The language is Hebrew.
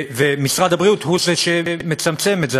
ומשרד הבריאות הוא זה שמצמצם אותם.